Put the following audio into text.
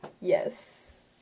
Yes